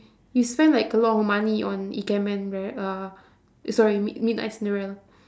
you spend like a lot of money on ikemen right uh sorry mid~ midnight-cinderella